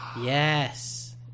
yes